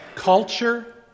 Culture